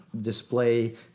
display